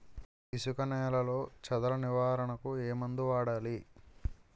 ఇసుక నేలలో చదల నివారణకు ఏ మందు వాడాలి?